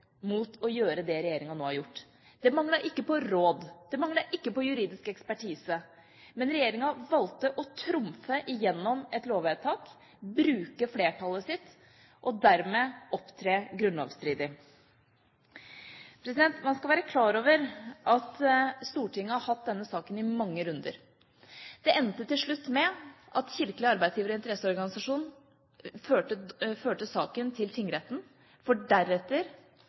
mot å gjøre det regjeringa nå har gjort. Det manglet ikke på råd, det manglet ikke på juridisk ekspertise. Men regjeringa valgte å trumfe gjennom et lovvedtak, bruke flertallet sitt og dermed opptre grunnlovsstridig. Man skal være klar over at Stortinget har hatt denne saken i mange runder. Det endte til slutt med at Kirkelig arbeidsgiver- og interesseorganisasjon førte saken til Tingretten, hvor staten deretter